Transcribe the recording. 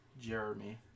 Jeremy